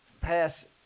pass